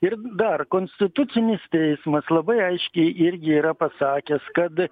ir dar konstitucinis teismas labai aiškiai irgi yra pasakęs kad